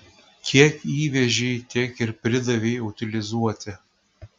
kiek įvežei tiek ir pridavei utilizuoti